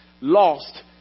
lost